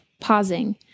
pausing